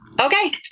okay